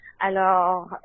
Alors